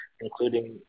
including